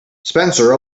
spencer